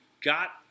got